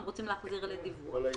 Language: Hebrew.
הם רוצים להחזיר לדיווח.